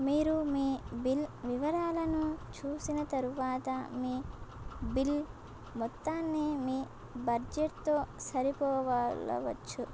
మీరు మీ బిల్ వివరాలను చూసిన తరువాత మీ బిల్ మొత్తాన్ని మీ బడ్జెట్తో సరిపోల్చవచ్చు